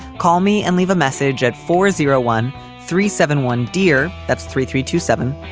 call me and leave a message at four zero one three seven one, dear. that's three three two seven.